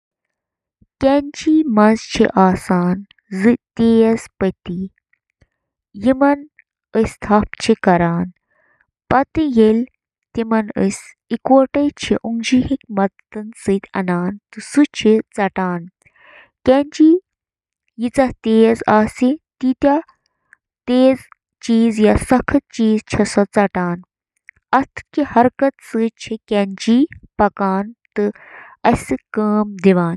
Dish washer چھِ اکھ یِژھ مِشیٖن یۄسہٕ ڈِشوار، کُک ویئر تہٕ کٹلری پٲنۍ پانے صاف کرنہٕ خٲطرٕ استعمال چھِ یِوان کرنہٕ۔ ڈش واشرٕچ بنیٲدی کٲم چھِ برتن، برتن، شیشہِ ہٕنٛدۍ سامان تہٕ کُک ویئر صاف کرٕنۍ۔